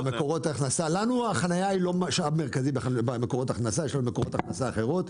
לנו החנייה היא לא משאב מרכזי ויש לנו מקורות הכנסה אחרים,